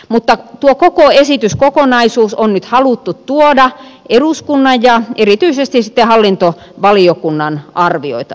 mutta tuo koko esityskokonaisuus on nyt haluttu tuoda eduskunnan ja erityisesti sitten hallintovaliokunnan arvioitavaksi